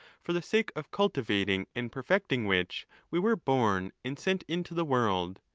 for the sake of cultivating and perfecting which we were born and sent into the world,